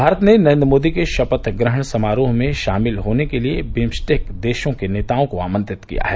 भारत ने नरेन्द्र मोदी के शपथ ग्रहण समारोह में शामिल होने के लिए बिम्सटेक देशों के नेताओं को आमंत्रित किया है